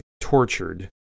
tortured